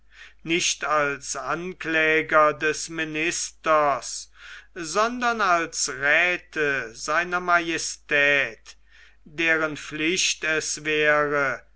nicht als ankläger des ministers sondern als räthe sr majestät deren pflicht es wäre